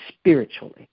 spiritually